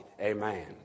amen